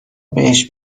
بهش